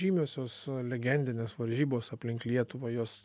žymiosios legendinės varžybos aplink lietuvą jos